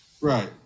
Right